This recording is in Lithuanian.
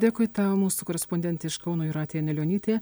dėkui tau mūsų korespondentė iš kauno jūratė anilionytė